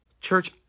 Church